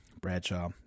Bradshaw